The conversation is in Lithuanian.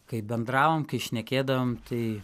kai bendravom kai šnekėdavom tai